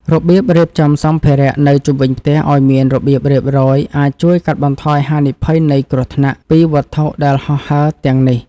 របៀបរៀបចំសម្ភារៈនៅជុំវិញផ្ទះឱ្យមានរបៀបរៀបរយអាចជួយកាត់បន្ថយហានិភ័យនៃគ្រោះថ្នាក់ពីវត្ថុដែលហោះហើរទាំងនេះ។